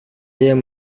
yang